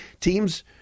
teams